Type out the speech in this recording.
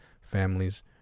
families